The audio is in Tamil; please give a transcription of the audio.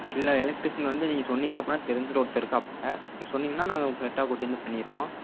இல்லை எலெக்ட்ரிஷியன் வந்து நீங்கள் சொன்னிங்க அப்படினா தெரிஞ்சவர் ஒருத்தர் இருக்காப்பில நீங்கள் சொன்னிங்கன்னா நாங்கள் கரெக்ட்டாக கூட்டிட்டு வந்து பண்ணிடுவோம்